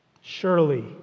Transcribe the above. Surely